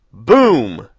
boom!